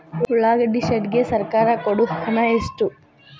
ಉಳ್ಳಾಗಡ್ಡಿ ಶೆಡ್ ಗೆ ಸರ್ಕಾರ ಕೊಡು ಹಣ ಎಷ್ಟು?